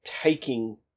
taking